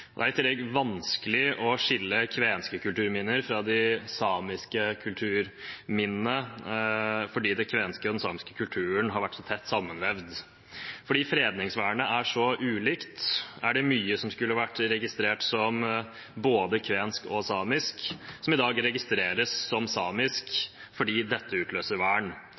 Det er i tillegg vanskelig å skille kvenske kulturminner fra de samiske kulturminnene, fordi den kvenske og den samiske kulturen har vært så tett sammenvevd. Fordi fredningsvernet er så ulikt, er det mye som skulle vært registrert som både kvensk og samisk, som i dag registreres som samisk fordi dette utløser vern.